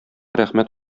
рәхмәт